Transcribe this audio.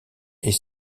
est